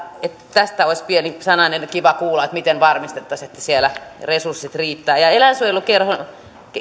tästä olisi pieni sananen kiva kuulla miten varmistettaisiin että siellä resurssit riittävät eläinsuojelukerhon